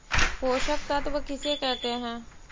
पोषक तत्त्व किसे कहते हैं?